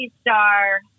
Star